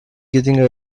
getting